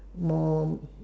more